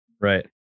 Right